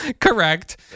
Correct